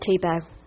Tebow